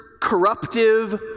corruptive